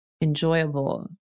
enjoyable